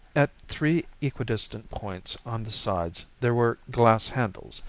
at three equidistant points on the sides there were glass handles,